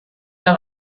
der